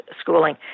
schooling